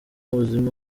buzima